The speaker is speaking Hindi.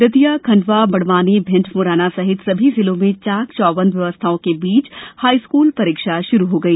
दतिया खंडवा बड़वानी भिंड मुरैना सहित सभी जिलों में चाकचौवंद व्यवस्थाओं के बीच हाई स्कूल परीक्षा शुरू हो गई